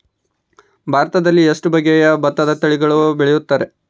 ಭಾರತದಲ್ಲಿ ಎಷ್ಟು ಬಗೆಯ ಭತ್ತದ ತಳಿಗಳನ್ನು ಬೆಳೆಯುತ್ತಾರೆ?